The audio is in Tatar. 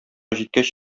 җиткәч